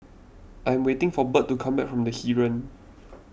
I am waiting for Bert to come back from the Heeren